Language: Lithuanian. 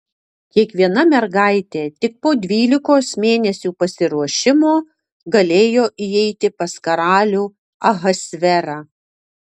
kiekviena mergaitė tik po dvylikos mėnesių pasiruošimo galėjo įeiti pas karalių ahasverą